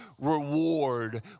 reward